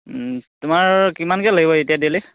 তোমাৰ কিমানকে লাগিব এতিয়া ডেইলি